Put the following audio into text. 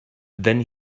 then